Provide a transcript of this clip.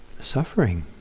suffering